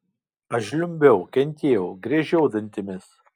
aš žliumbiau kentėjau griežiau dantimis